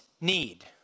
need